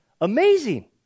amazing